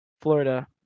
Florida